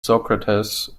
socrates